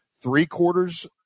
three-quarters